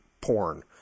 porn